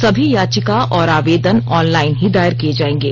सभी याचिका और आवेदन ऑनलाइन ही दायर किए जाएगे